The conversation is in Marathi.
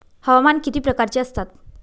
हवामान किती प्रकारचे असतात?